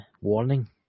Warning